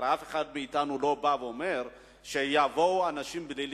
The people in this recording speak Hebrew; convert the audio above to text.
הרי אף אחד מאתנו לא בא ואומר שיבואו אנשים כדי להיבדק.